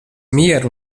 mieru